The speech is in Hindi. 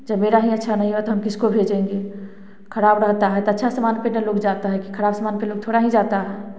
जब मेरा ही अच्छा नहीं हैं तो हम किसको भेजेंगे खराब रहता है तो अच्छा सामान पर लोग जाता है कि खराब सामान पर थोड़े ना जाता है